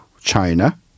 China